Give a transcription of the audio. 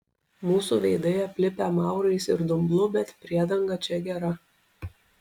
mūsų veidai aplipę maurais ir dumblu bet priedanga čia gera